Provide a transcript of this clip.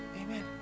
Amen